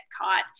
caught